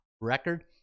record